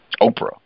Oprah